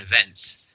events